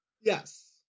Yes